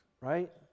right